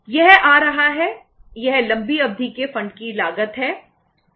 यह आ रहा है यह लंबी अवधि के फंड की लागत है